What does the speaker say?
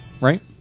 right